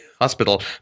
hospital